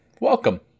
welcome